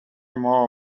more